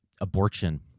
abortion